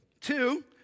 Two